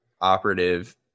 operative